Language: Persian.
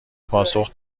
پاسخ